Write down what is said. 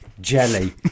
Jelly